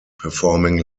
performing